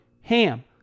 HAM